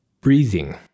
breathing